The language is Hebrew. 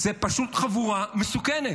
זו פשוט חבורה מסוכנת.